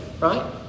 right